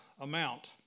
amount